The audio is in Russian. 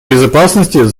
безопасности